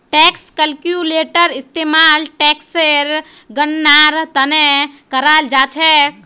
tax calculator इस्तेमाल टेक्सेर गणनार त न कराल जा छेक